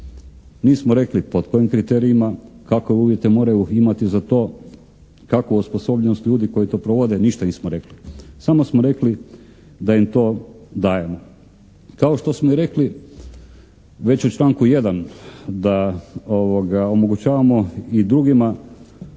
Nismo rekli pod kojim kriterijima, kakve uvjete moraju imati za to, kakvu osposobljenost ljudi koji to provode, ništa nismo rekli. Samo smo rekli da im to dajemo. Kao što smo i rekli već u članku 1. da omogućavamo i drugima